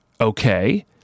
okay